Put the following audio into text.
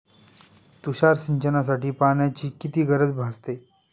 तुषार सिंचनासाठी पाण्याची किती गरज भासते?